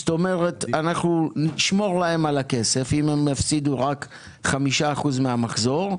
זאת אומרת שנשמור להם על הכסף אם הם הפסידו רק 5% מהמחזור,